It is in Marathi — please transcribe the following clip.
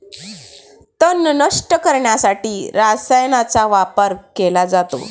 तण नष्ट करण्यासाठी रसायनांचा वापर केला जातो